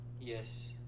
Yes